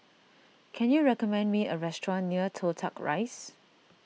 can you recommend me a restaurant near Toh Tuck Rise